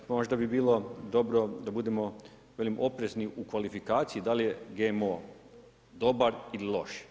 Možda bi bilo dobro da budemo oprezni u kvalifikaciji da li je GMO dobar ili loš.